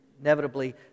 inevitably